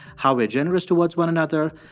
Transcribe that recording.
how we're generous towards one another.